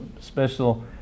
special